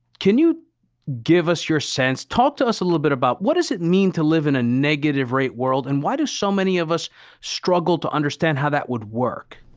can you give us your sense, talk to us a little bit about what does it mean to live in a negative rate world? and why do so many of us struggle to understand how that would work?